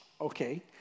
okay